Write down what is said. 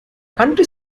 country